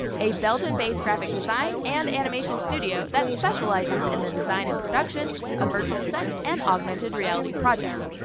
a belgium-based graphic design and animation studio that specializes in the design and production of virtual sets and augmented reality projects.